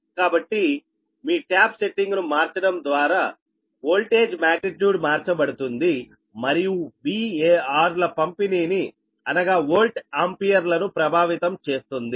కాబట్టి మీ ట్యాప్ సెట్టింగ్ను మార్చడం ద్వారా వోల్టేజ్ మాగ్నిట్యూడ్ మార్చబడుతుంది మరియు VAR ల పంపిణీని అనగా వోల్ట్ ఆంపియర్ లను ప్రభావితం చేస్తుంది